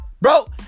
Bro